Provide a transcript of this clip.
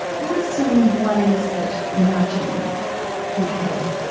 what are some ways that nudging could help?